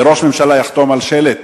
וראש ממשלה יחתום על שלט,